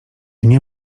nie